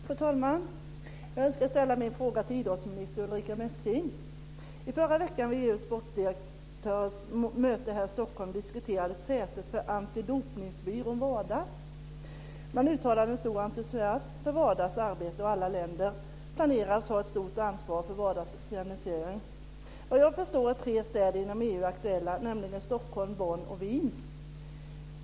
Fru talman! Jag önskar ställa min fråga till idrottsminister Ulrica Messing. I förra veckan vid EU:s sportdirektörers möte här i Stockholm diskuterades sätet för antidopningsbyrån WADA. Man uttalade en stor entusiasm för WADA:s arbete, och alla länder planerar att ta ett stort ansvar för WADA:s organisering. Såvitt jag förstår att tre städer inom EU aktuella, nämligen Stockholm, Bonn och Wien.